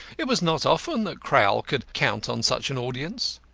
it was not often that crowl could count on such an audience.